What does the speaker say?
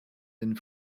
den